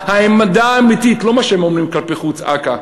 העמדה האמיתית, לא מה שהם אומרים כלפי חוץ, אכ"א,